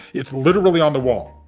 it's literally on the wall,